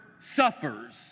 suffers